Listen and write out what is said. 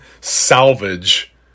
salvage